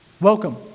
Welcome